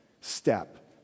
step